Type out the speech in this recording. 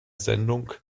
sendung